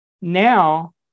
now